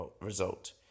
result